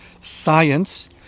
science